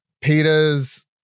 peter's